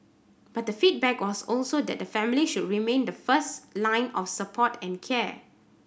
but the feedback was also that the family should remain the first line of support and care